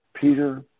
Peter